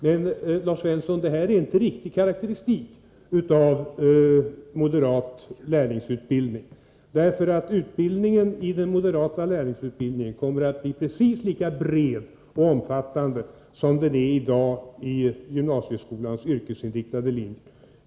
Men, Lars Svensson, det är ingen riktig karakteristik av moderat lärlingsutbildning, därför att utbildningen i det moderata förslaget kommer att bli precis lika bred och omfattande som den är i dag i gymnasieskolans yrkesinriktade linjer.